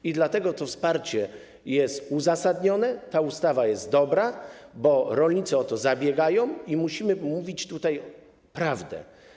I dlatego to wsparcie jest uzasadnione, ta ustawa jest dobra, bo rolnicy o to zabiegają i musimy mówić tutaj prawdę.